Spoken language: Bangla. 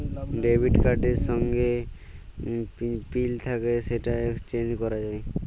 ডেবিট কার্ড এর যে পিল থাক্যে সেটা চেঞ্জ ক্যরা যায়